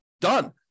Done